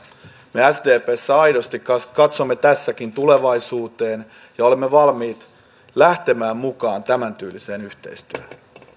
me sdpssä aidosti katsomme tässäkin tulevaisuuteen ja olemme valmiit lähtemään mukaan tämäntyyliseen yhteistyöhön